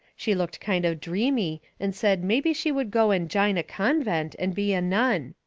she looked kind of dreamy and said mebby she would go and jine a convent and be a nun.